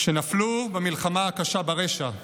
שנפלו במלחמה הקשה ברשע.